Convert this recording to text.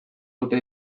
dute